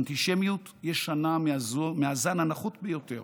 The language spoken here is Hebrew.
אנטישמיות ישנה מהזן הנחות ביותר.